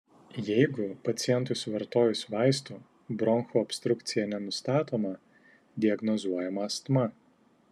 jeigu pacientui suvartojus vaistų bronchų obstrukcija nenustatoma diagnozuojama astma